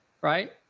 right